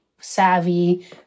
savvy